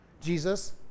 Jesus